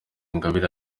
ingabire